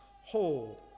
hold